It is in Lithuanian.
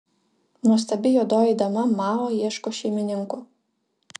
nuostabi juodoji dama mao ieško šeimininkų